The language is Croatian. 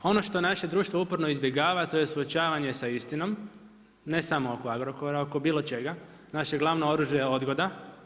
Oni što naše društvo uporno izbjegava to je suočavanje sa istinom, ne samo oko Agrokora, oko bilo četa, naše glavno oružje je odgoda.